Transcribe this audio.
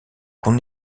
qu’on